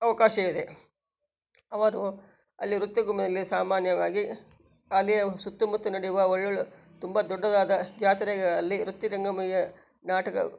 ಅವಕಾಶವಿದೆ ಅವರು ಅಲ್ಲಿ ನೃತ್ಯಭೂಮಿಯಲ್ಲಿ ಸಾಮಾನ್ಯವಾಗಿ ಅಲ್ಲಿಯ ಸುತ್ತಮುತ್ತ ನಡೆಯುವ ಒಳ್ಳೊಳ್ಳೆ ತುಂಬ ದೊಡ್ಡದಾದ ಜಾತ್ರೆ ಅಲ್ಲಿ ನೃತ್ಯ ರಂಗಭೂಮಿಯ ನಾಟಕ